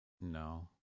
No